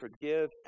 forgive